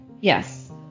Yes